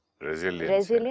Resilience